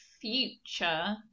future